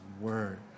Word